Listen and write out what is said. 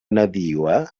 nadiua